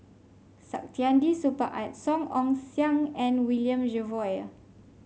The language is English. Saktiandi Supaat Song Ong Siang and William Jervois